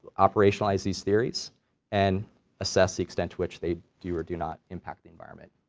operationalize these theories and assess the extent to which they do or do not impact the environment,